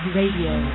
radio